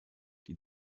die